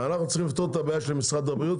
אנחנו צריכים לפתור את הבעיה של משרד הבריאות,